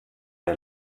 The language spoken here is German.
der